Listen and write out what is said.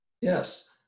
Yes